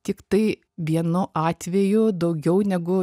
tiktai vienu atveju daugiau negu